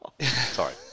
Sorry